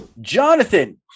Jonathan